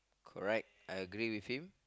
correct I agree with you